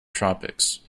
tropics